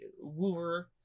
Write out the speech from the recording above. wooer